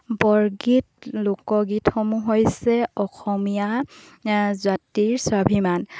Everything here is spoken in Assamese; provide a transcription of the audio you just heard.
বৰগীত লোকগীতসমূহ হৈছে অসমীয়া জাতিৰ স্বাভিমান